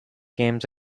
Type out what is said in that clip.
games